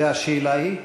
והשאלה היא?